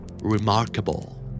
Remarkable